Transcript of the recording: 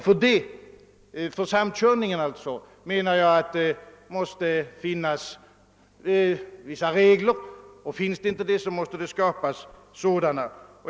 För samkörning måste det enligt min mening finnas vissa regler, och finns det inte det måste det skapas sådana.